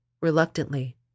Reluctantly